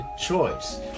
choice